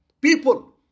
People